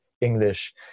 English